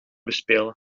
bespelen